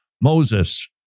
Moses